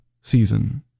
season